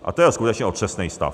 A to je skutečně otřesný stav.